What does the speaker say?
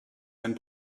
sein